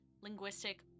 linguistic